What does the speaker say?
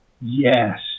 Yes